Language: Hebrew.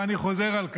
ואני חוזר על כך: